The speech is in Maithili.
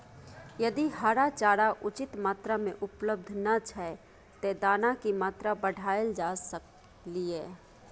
यदि हरा चारा उचित मात्रा में उपलब्ध नय छै ते दाना की मात्रा बढायल जा सकलिए?